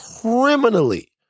criminally